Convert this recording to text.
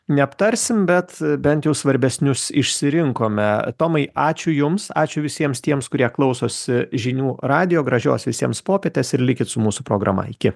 neaptarsim bet bent jau svarbesnius išsirinkome tomai ačiū jums ačiū visiems tiems kurie klausosi žinių radijo gražios visiems popietės ir likit su mūsų programa iki